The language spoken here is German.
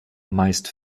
meist